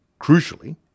crucially